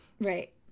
right